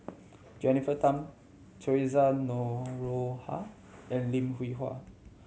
Jennifer Tham Theresa Noronha and Lim Hwee Hua